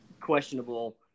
questionable